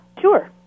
Sure